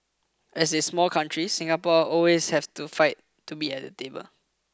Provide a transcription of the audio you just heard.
as a small country Singapore always has to fight to be at the table